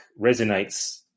resonates